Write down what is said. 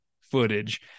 footage